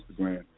Instagram